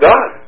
God